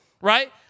right